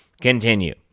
continue